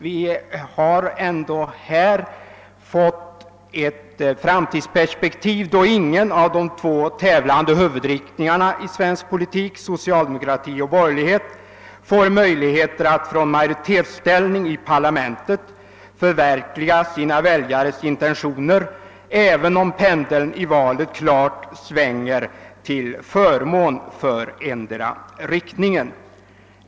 Vårt framtidsperspektiv är att ingen av de två tävlande huvudriktningarna i svensk politik, socialdemokrati och borgerlighet, får möjlighet att från en majoritetsställning i parlamentet förverkliga sina väljares intentioner, även om pendeln i ett val klart skulle svänga till förmån för endera riktningen.